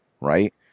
right